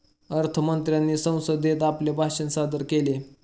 अर्थ मंत्र्यांनी संसदेत आपले भाषण सादर केले